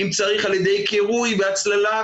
אם צריך על ידי קירוי והצללה,